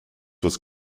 was